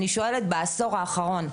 אני שואלת לגבי העשור האחרון.